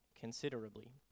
considerably